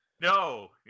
No